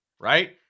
right